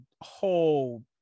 whole